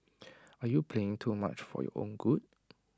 are you playing too much for your own good